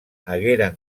hagueren